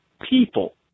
people